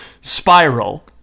spiral